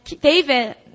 David